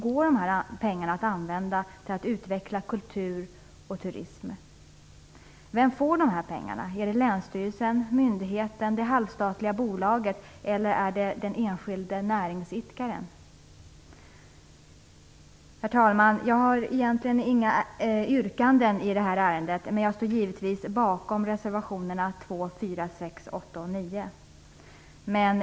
Går de pengarna att använda till att utveckla kultur och turism? Vem får pengarna? Är det länsstyrelsen, myndigheten, det halvstatliga bolaget, eller är det den enskilde näringsidkaren? Herr talman! Jag har egentligen inga yrkanden i detta ärende, men jag står givetvis bakom reservationerna 2, 4, 6, 8 och 9.